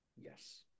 Yes